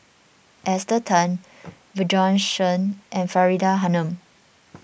Esther Tan Bjorn Shen and Faridah Hanum